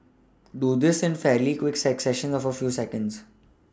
do this in fairly quick successions of a few seconds